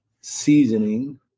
seasoning